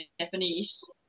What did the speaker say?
Japanese